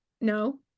no